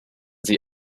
sie